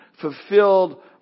fulfilled